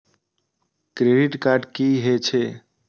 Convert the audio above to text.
Credit card की हे छे?